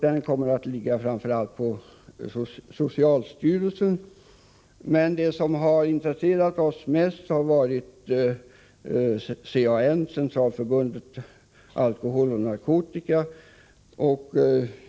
Den kommer att handhas framför allt av socialstyrelsen, men det som har intresserat oss mest har varit CAN, Centralförbundet för alkoholoch narkotikaupplysning.